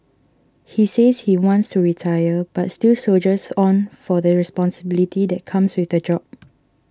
he says he wants to retire but still soldiers on for the responsibility that comes with the job